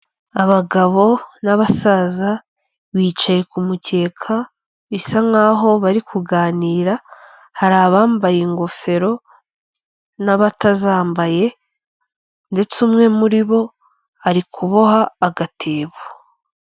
Abagabo n'abasaza bicaye ku mukeka bisa nk'aho bari kuganira, hari abambaye ingofero n'abatazambaye ndetse umwe muri bo ari kuboha agatebo.